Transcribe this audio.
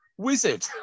wizard